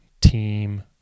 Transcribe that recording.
team